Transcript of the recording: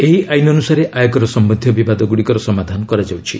ଏହି ଆଇନ ଅନୁସାରେ ଆୟକର ସମ୍ବନ୍ଧୀୟ ବିବାଦଗୁଡ଼ିକର ସମାଧାନ କରାଯାଉଛି